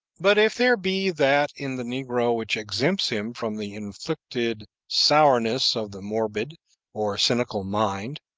but if there be that in the negro which exempts him from the inflicted sourness of the morbid or cynical mind,